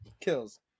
kills